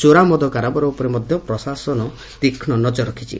ଚୋରା ମଦ କାରବାର ଉପରେ ମଧ୍ଧ ପ୍ରଶାସନ ତୀକ୍ଷ୍ଟ ନକର ରଖିଛି